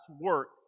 work